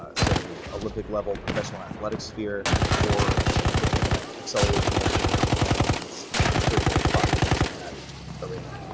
ah say, olympic level professional athletics sphere or looking at accelerated learning and so-called prodigies and that arena.